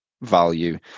value